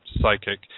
psychic